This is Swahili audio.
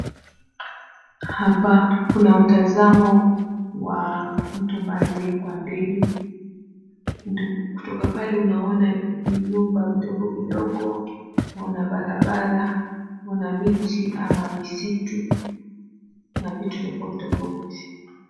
Hapa kuna mtazamo wa mtu ambaye aliye kwa ndege, kutoka pale unaona vyumba vidogo vidogo, waona barabara, waona miti ama misitu na vitu tofauti tofauti.